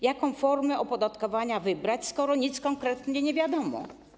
Jaką formę opodatkowania wybrać, skoro nic konkretnie nie wiadomo?